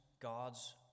God's